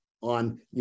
on